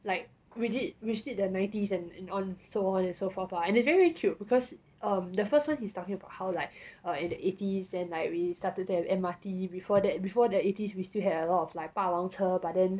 like we did which did the nineties and and so on and so forth and it's very cute because um the first one he's talking about how like er in the eighties then like we started to have M_R_T before that before the eighties we still had a lot of like 霸王车 but then